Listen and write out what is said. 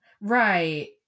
right